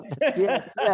Yes